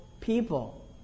people